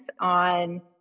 on